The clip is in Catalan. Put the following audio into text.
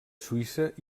suïssa